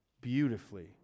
beautifully